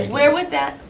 where would that